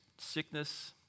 sickness